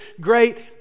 great